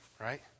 right